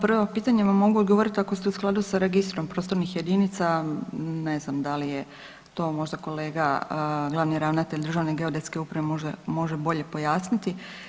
Pa samo prvo pitanje vam mogu odgovoriti, ako ste u skladu sa Registrom prostornih jedinica ne znam da li je to možda kolega, glavni ravnatelj Državne geodetske uprave može bolje pojasniti.